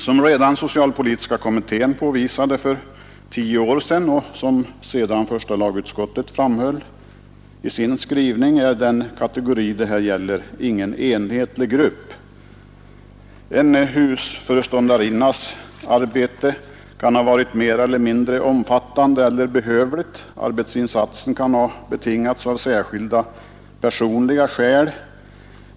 Som redan socialpolitiska kommittén påvisade för tio år sedan och som första lagutskottet därefter framhöll i sin skrivning är den kategori det här gäller ingen enhetlig grupp. En husföreståndarinnas arbete kan ha varit mer eller mindre omfattande eller behövligt. Arbetsinsatsen kan ha betingats av särskilda personliga skäl.